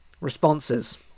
responses